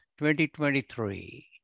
2023